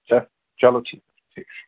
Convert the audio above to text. چل چلو ٹھیٖک ٹھیٖک چھُ